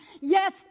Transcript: Yes